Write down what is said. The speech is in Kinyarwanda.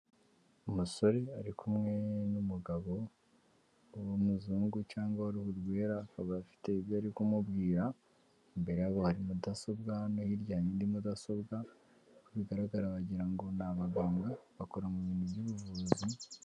Umusore ari kumwe n'umugabo w'umuzungu cyangwa ari umwera akaba afite ibyo ari kumubwira imbere yabo hari mudasobwa no hirya hari indi mudasobwa uko bigaragara wagira ngo ni abaganga bakora mu bintu by'ubuvuzi.